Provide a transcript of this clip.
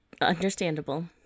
Understandable